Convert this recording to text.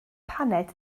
paned